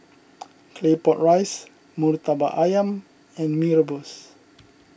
Claypot Rice Murtabak Ayam and Mee Rebus